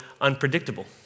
unpredictable